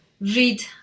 read